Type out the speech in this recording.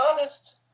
honest